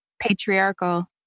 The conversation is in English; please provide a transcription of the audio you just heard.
patriarchal